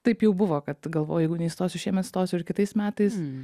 taip jau buvo kad galvoju jeigu neįstosiu šiemet stosiu ir kitais metais